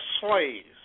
slaves